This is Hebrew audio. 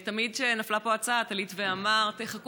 תמיד כשנפלה פה ההצעה את עלית ואמרת: חכו,